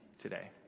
today